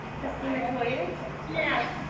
trustee metoyer yes